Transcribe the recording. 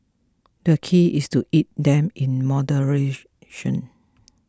the key is to eat them in moderation